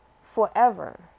forever